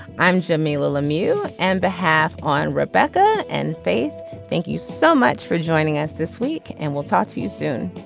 i'm jimmy little um and the half on rebecca and faith thank you so much for joining us this week and we'll talk to you soon